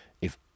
If